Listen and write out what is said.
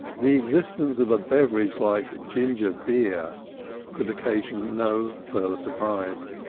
the existence of a beverage like ginger-beer could occasion no further surprise.